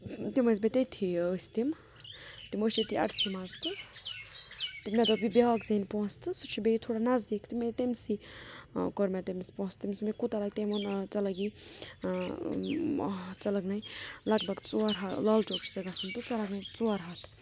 تِم ٲسۍ بیٚیہِ تٔتتھٕے ٲسۍ تِم تِم وُچھ ییٚتی اَڈسٕے منٛز تہٕ مےٚ دوٚپ یہِ بیٛاکھ زینہِ پونٛسہٕ تہٕ سُہ چھِ بیٚیہِ تھوڑا نزدِیٖک تہِ مےٚ دِتۍ تٔسٕے ٲں کوٚر مےٚ تٔمِس پونٛسہٕ تٔمِس دوٚپ مےٚ کُوتاہ لَگہِ تٔمۍ وون ٲں ژِےٚ لَگِی ٲں ژےٚ لَگنَے لَگ بَگ ژور ہَتھ لال چوک چھی ژےٚ گَژھُن تہٕ ژےٚ لَگنَے ژور ہَتھ